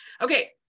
Okay